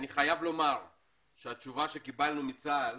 אני חייב לומר שהתשובה שקיבלנו מצה"ל